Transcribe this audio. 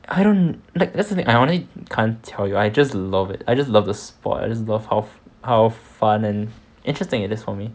I don't like listen I honestly can't tell you I just love it I just love the sport I just love how how fun and interesting it is for me